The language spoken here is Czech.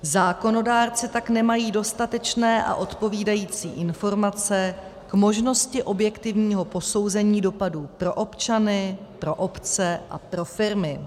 Zákonodárci tak nemají dostatečné a odpovídající informace k možnosti objektivního posouzení dopadů pro občany, pro obce a pro firmy.